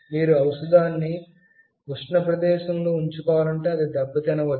మీరు ఔషదాన్ని ఉష్ణ ప్రదేశంలో ఉంచాలనుకుంటే అది దెబ్బతినవచ్చు